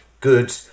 good